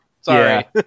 Sorry